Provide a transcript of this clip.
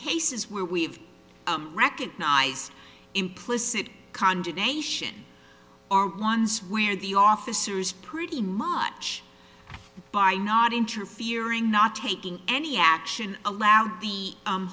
cases where we've recognize implicit condemnation are ones where the officers pretty much by not interfering not taking any action allowed the